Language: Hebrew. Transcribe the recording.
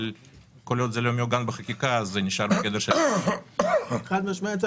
אבל כל עוד זה לא מעוגן בחקיקה אז זה נשאר בגדר של --- חד משמעית.